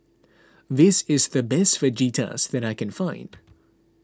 this is the best Fajitas that I can find